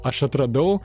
aš atradau